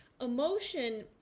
emotion